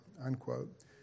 unquote